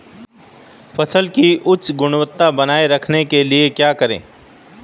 फसल की उच्च गुणवत्ता बनाए रखने के लिए क्या करें?